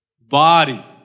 body